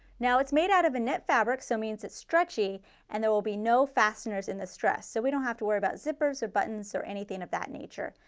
now it's made out of a net fabric, so it means it's stretchy and there will be no fasteners in this dress. so we don't have to worry about zippers or buttons or anything of that nature.